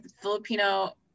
Filipino